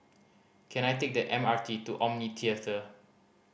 can I take the M R T to Omni Theatre